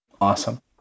Awesome